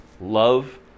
love